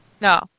No